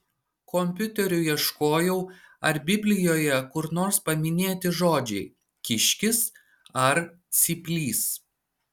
kompiuteriu ieškojau ar biblijoje kur nors paminėti žodžiai kiškis ar cyplys